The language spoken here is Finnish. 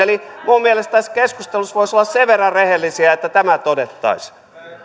minun mielestäni tässä keskustelussa voisi olla sen verran rehellisiä että tämä todettaisiin